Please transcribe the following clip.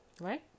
Right